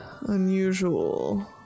unusual